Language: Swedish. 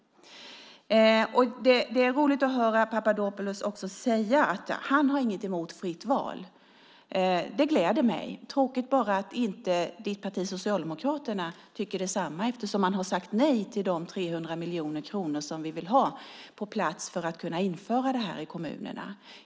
Det är roligt att höra Nikos Papadopoulos säga att han inte har något emot fritt val. Det gläder mig. Det är tråkigt bara att inte hans parti Socialdemokraterna tycker detsamma eftersom man har sagt nej till de 300 miljoner kronor som vi vill ha på plats för att kunna införa det i kommunerna.